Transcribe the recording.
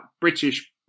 British